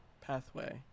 pathway